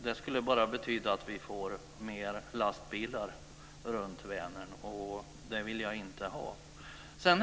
Det skulle bara leda till att det blev fler lastbilar på vägarna runt Vänern, och det vill jag inte ha.